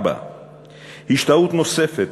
4. השתהות נוספת,